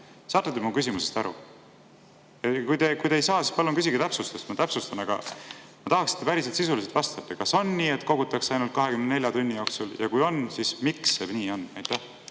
saate te mu küsimusest aru? Kui ei saa, siis palun küsige täpsustust, ma täpsustan, aga ma tahaksin, et te päriselt sisuliselt vastate, kas on nii, et kogutakse infot ainult 24 tunni jooksul, ja kui on, siis miks see nii on.